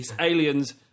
aliens